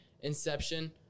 Inception